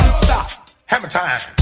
stop hammer time